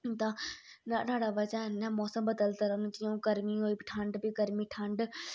हुंदा नहाड़े वजहा ने मौसम बदलदा रोंह्न्दा गरमी होई फ्ही ठंड फ्ही गरमी फ्ही ठंड